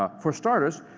ah for starters,